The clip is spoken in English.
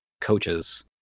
coaches